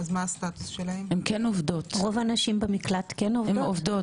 רוב הנשים במקלט כן עובדות,